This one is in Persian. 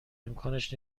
امکانش